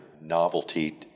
novelty